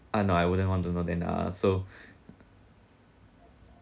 uh no I wouldn't want to know then uh so